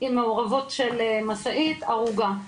עם מעורבות של משאית והרוגה.